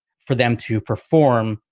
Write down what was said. for them to perform,